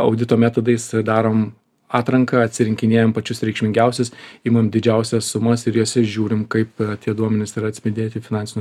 audito metodais darom atranką atsirinkinėjam pačius reikšmingiausius imam didžiausias sumas ir jose žiūrim kaip tie duomenys yra atspindėti finansinių